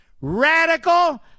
radical